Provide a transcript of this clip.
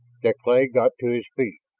deklay got to his feet.